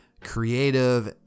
creative